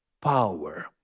power